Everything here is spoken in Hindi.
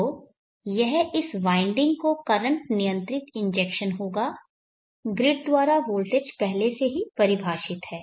तो यह इस वाइंडिंग को करंट नियंत्रित इंजेक्शन होगा ग्रिड द्वारा वोल्टेज पहले से ही परिभाषित है